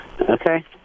Okay